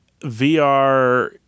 VR